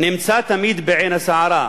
נמצאת תמיד בעין הסערה,